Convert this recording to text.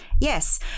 Yes